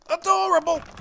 Adorable